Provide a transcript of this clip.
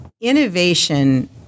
innovation